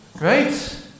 right